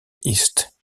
east